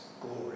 glory